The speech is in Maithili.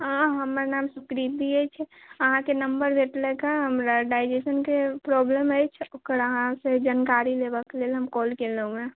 हाँ हमर नाम सुकृति अछि अहाँक नम्बर भेटलक हऽ हमरा डाइजेशन के प्रोब्लेम अछि ओकर अहाँसे जानकारी लेबऽ कऽ लेल हम अहाँके कौल केलहुॅं हँ